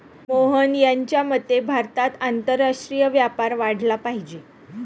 मोहन यांच्या मते भारतात आंतरराष्ट्रीय व्यापार वाढला पाहिजे